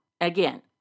Again